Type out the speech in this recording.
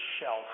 Shelf